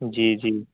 جی جی